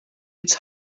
its